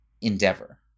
endeavor